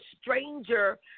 stranger